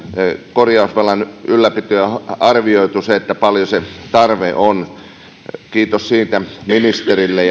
korjausvelan ylläpitoon ja on arvioitu paljonko se tarve on kiitos siitä linjauksesta ministerille